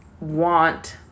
want